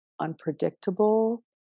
unpredictable